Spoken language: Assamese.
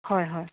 হয় হয়